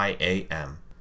IAM